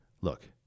look